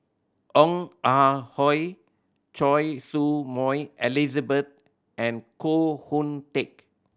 Ong Ah Hoi Choy Su Moi Elizabeth and Koh Hoon Teck